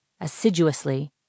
assiduously